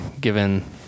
given